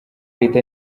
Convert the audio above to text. leta